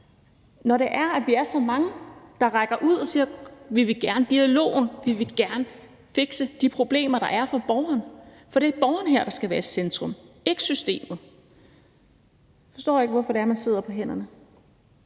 når det er, at vi er så mange, der rækker ud og siger, at vi gerne vil dialogen, at vi gerne vil fikse de problemer, der er for borgeren. For det er borgeren, der skal være i centrum her, og ikke systemet. Jeg forstår ikke, hvorfor det er, at man sidder på hænderne.